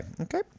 okay